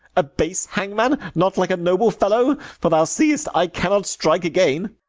a base hangman, not like a noble fellow, for thou see'st i cannot strike again.